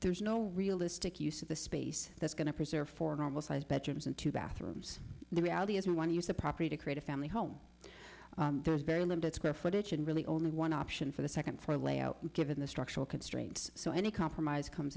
there's no realistic use of the space that's going to preserve for normal sized bedrooms and two bathrooms the reality is we want to use the property to create a family home there's very limited square footage and really only one option for the second floor layout given the structural constraints so any compromise comes